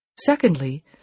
Secondly